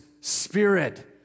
Spirit